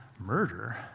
murder